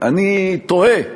אני תוהה,